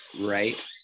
right